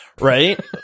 Right